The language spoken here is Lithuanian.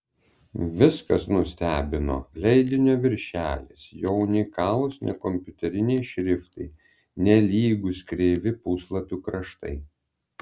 viskas nustebino leidinio viršelis jo unikalūs nekompiuteriniai šriftai nelygūs kreivi puslapių kraštai